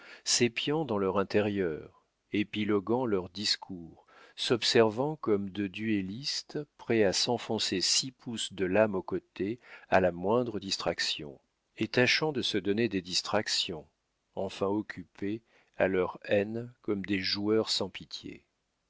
présence s'épiant dans leur intérieur épiloguant leurs discours s'observant comme deux duellistes prêts à s'enfoncer six pouces de lame au côté à la moindre distraction et tâchant de se donner des distractions enfin occupés à leur haine comme des joueurs sans pitié